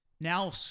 Now